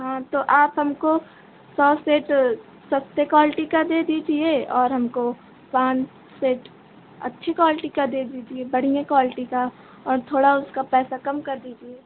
हाँ तो आप हमको सौ सेट सस्ती क्वालिटी का दे दीजिए और हमको पाँच सेट अच्छी क्वालिटी का दे दीजिए बढ़ियाँ क्वालिटी का और थोड़ा उसका पैसा कम कर दीजिए